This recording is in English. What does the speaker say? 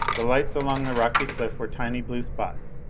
the lights along the rocky cliff were tiny blue spots.